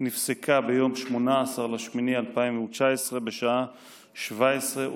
נפסקה ביום 18 באוגוסט 2019 בשעה 17:18,